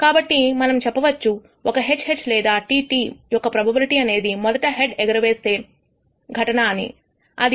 కాబట్టి మనం చెప్పవచ్చు ఒక HH లేదా TT యొక్క ప్రోబబిలిటీ అనేది మొదట హెడ్ ఎగరవేసే ఘటన అని అది 0